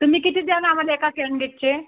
तुम्ही किती द्याल आम्हाला एका कँडेटचे